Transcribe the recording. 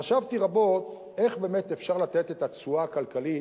חשבתי רבות איך באמת אפשר לתת את התשואה הכלכלית,